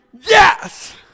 Yes